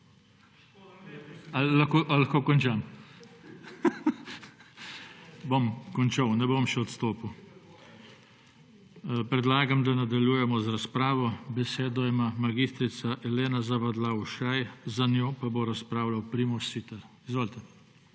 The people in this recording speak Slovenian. v dvorani/ Bom končam, ne bom še odstopil. Predlagam, da nadaljujemo z razpravo. Besedo ima mag. Elena Zavadlav Ušaj, za njo pa bo razpravljal Primož Siter. Izvolite.